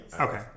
Okay